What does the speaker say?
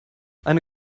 eine